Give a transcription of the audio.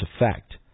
effect